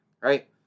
Right